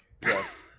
Yes